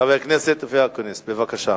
חבר הכנסת אופיר אקוניס, בבקשה,